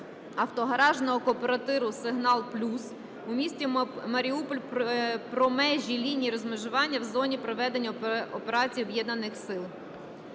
автогаражного кооперативу "Сигнал Плюс" у місті Маріуполь про межі лінії розмежування в зоні проведення операції Об'єднаних сил.